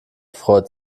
freut